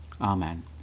Amen